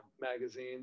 magazine